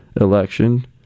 election